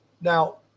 Now